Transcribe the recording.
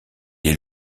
est